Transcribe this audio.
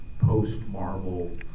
post-Marvel